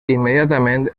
immediatament